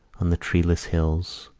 on the treeless hills,